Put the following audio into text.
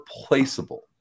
replaceable